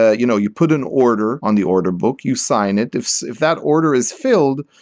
ah you know you put an order on the order book, you sign it. if if that order is filled,